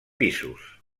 pisos